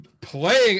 Playing